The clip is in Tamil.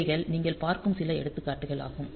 இவைகள் நீங்கள் பார்க்கும் சில எடுத்துக்காட்டுகளாகும்